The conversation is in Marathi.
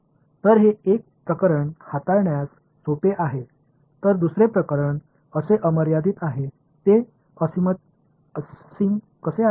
तर हे एक प्रकरण हाताळण्यास सोपे आहे तर दुसरे प्रकरण असे अमर्यादित आहे ते असीम कसे आहे